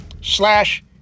slash